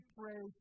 pray